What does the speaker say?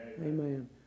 Amen